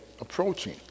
approaching